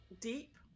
deep